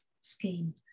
scheme